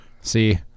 See